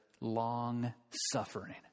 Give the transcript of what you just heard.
long-suffering